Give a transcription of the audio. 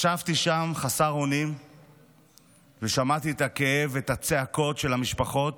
ישבתי שם חסר אונים ושמעתי את הכאב ואת הצעקות של המשפחות,